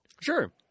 Sure